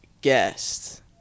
guest